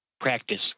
practice